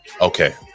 Okay